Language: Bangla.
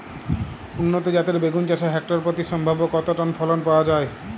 উন্নত জাতের বেগুন চাষে হেক্টর প্রতি সম্ভাব্য কত টন ফলন পাওয়া যায়?